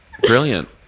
brilliant